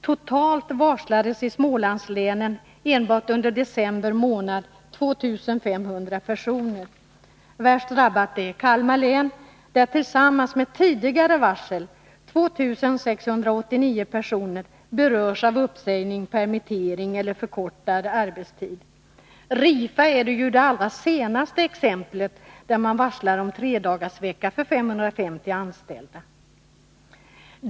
Totalt varslades i Smålandslänen enbart under december månad ca 2 500 personer. Värst drabbat är Kalmar län, där 2 689 personer — tillsammans med tidigare varsel — berörs av uppsägning, permittering eller förkortad arbetstid. RIFA är det allra senaste exemplet, där man varslar om tredagarsvecka för 550 anställda.